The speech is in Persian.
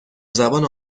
زبان